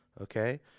okay